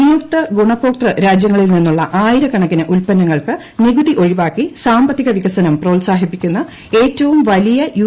നിയുക്തഗുണഭോക്തൃരാജ്യങ്ങളിൽ നിന്നുള്ളആയിരക്കണക്കിന് ഉൽപ്പന്നങ്ങൾക്ക് നികുതിഒഴിവാക്കി സാമ്പത്തിക വികസനം പ്രോത്സാഹിപ്പിക്കുന്ന ഏറ്റവുംവലിയയു